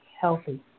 healthy